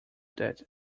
that